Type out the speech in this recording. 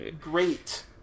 great